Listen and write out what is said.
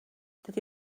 dydy